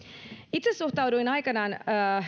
itse suhtauduin aikoinaan